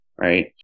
right